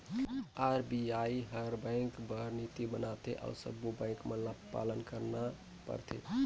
RBI हर bank बर नीति बनाथे अउ सब्बों बेंक मन ल पालन करना परथे